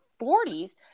40s